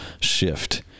shift